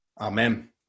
Amen